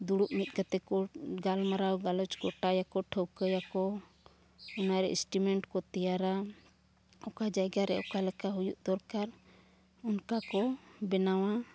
ᱫᱩᱲᱩᱵ ᱢᱤᱫ ᱠᱟᱛᱮᱫ ᱠᱚ ᱜᱟᱞᱢᱟᱨᱟᱣ ᱜᱟᱞᱚᱪ ᱜᱚᱴᱟᱭᱟᱠᱚ ᱴᱷᱟᱹᱣᱠᱟᱹᱭᱟᱠᱚ ᱚᱱᱟᱨᱮ ᱥᱴᱤᱢᱮᱴ ᱠᱚ ᱛᱮᱭᱟᱨᱟ ᱚᱠᱟ ᱡᱟᱭᱜᱟ ᱨᱮ ᱚᱠᱟ ᱞᱮᱠᱟ ᱦᱩᱭᱩᱜ ᱫᱚᱨᱠᱟᱨ ᱚᱱᱠᱟ ᱠᱚ ᱵᱮᱱᱟᱣᱟ